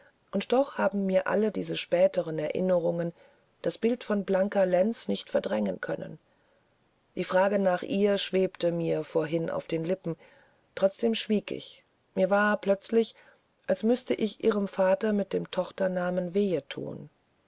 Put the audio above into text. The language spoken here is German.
und doch haben mir alle diese späteren erscheinungen das bild von blanka lenz nicht verdrängen können die frage nach ihr schwebte mir vorhin auf den lippen trotzdem schwieg ich mir war plötzlich als müßte ich ihrem vater mit dem tochternamen wehe